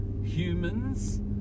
humans